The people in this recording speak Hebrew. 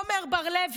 עמר בר לב,